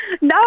No